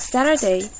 Saturday